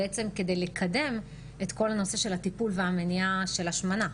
כדי בעצם לקדם את כל הנושא של הטיפול והמניעה של השמנה.